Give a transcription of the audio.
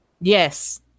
yes